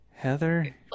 Heather